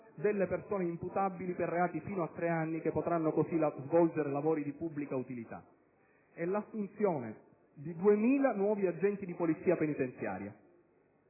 delle persone imputabili per reati fino a tre anni, che potranno così svolgere lavori di pubblica utilità; l'assunzione di 2.000 nuovi agenti di polizia penitenziaria.